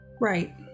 Right